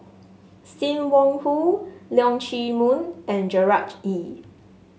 Sim Wong Hoo Leong Chee Mun and Gerard Ee